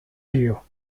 deal